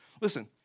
Listen